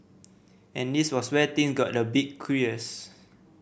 and this was where thing got a bit curious